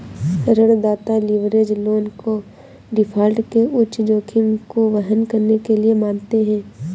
ऋणदाता leverage loan को default के उच्च जोखिम को वहन करने के लिए मानते हैं